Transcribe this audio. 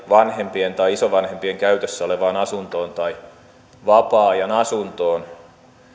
vanhempiensa tai isovanhempiensa käytössä olevaan asuntoon tai vapaa ajan asuntoon